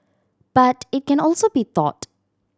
but it can also be taught